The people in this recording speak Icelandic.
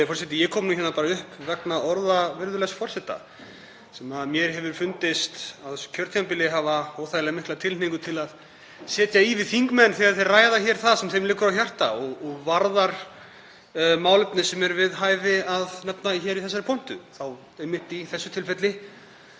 Ég kom hingað upp vegna orða virðulegs forseta, sem mér hefur fundist á þessu kjörtímabili hafa óþægilega mikla tilhneigingu til að setja ofan í við þingmenn þegar þeir ræða það sem þeim liggur á hjarta og varðar málefni sem er við hæfi að nefna í þessari pontu, í þessu tilfelli